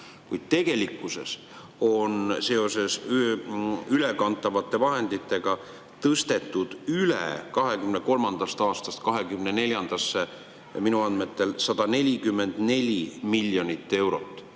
kuid tegelikkuses on seoses ülekantavate vahenditega tõstetud 2023. aastast 2024. aastasse üle minu andmetel 144 miljonit eurot.